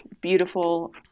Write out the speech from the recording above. beautiful